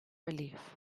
relief